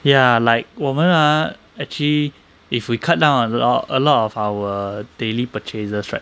ya like 我们 ah actually if we cut down on a lot a lot of our daily purchases right